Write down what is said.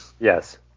Yes